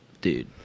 Dude